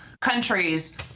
countries